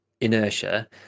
inertia